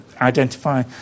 identify